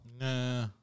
Nah